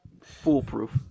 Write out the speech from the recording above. foolproof